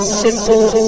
simple